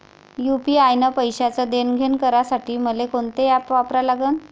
UPI न पैशाचं देणंघेणं करासाठी मले कोनते ॲप वापरा लागन?